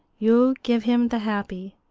you give him the happy.